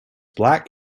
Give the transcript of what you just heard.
black